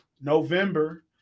November